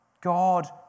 God